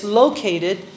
located